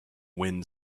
wind